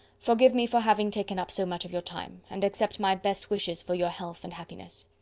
forgive me for having taken up so much of your time, and accept my best wishes for your health and happiness.